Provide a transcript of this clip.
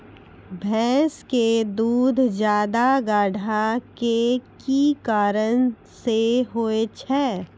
भैंस के दूध ज्यादा गाढ़ा के कि कारण से होय छै?